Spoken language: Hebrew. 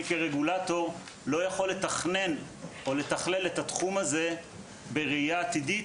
אני כרגולטור לא יכול לתכלל את התחום הזה בראייה עתידית